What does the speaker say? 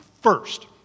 first